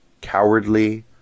cowardly